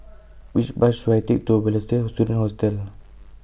Which Bus should I Take to Balestier Student Hostel